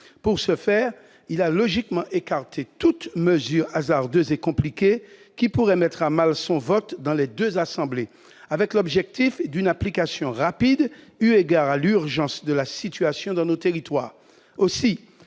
Pour ce faire, il a logiquement écarté toute mesure hasardeuse et compliquée qui pourrait mettre à mal le vote de ce texte dans les deux assemblées, avec l'objectif d'une application rapide eu égard à l'urgence de la situation dans nos territoires.